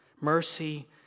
Mercy